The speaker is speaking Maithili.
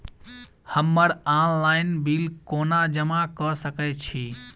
हम्मर ऑनलाइन बिल कोना जमा कऽ सकय छी?